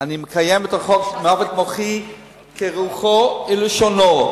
אני מקיים את חוק מוות מוחי כרוחו וכלשונו.